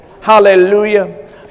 Hallelujah